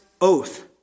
oath